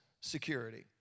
security